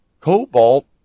Cobalt